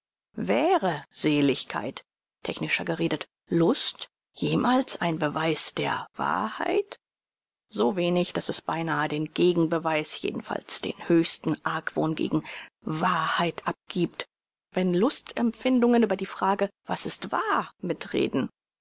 wäre seligkeit technischer geredet lust jemals ein beweis der wahrheit so wenig daß es beinahe den gegenbeweis jedenfalls den höchsten argwohn gegen wahrheit abgiebt wenn lustempfindungen über die frage was ist wahr mitreden